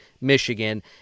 Michigan